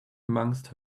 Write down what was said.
amongst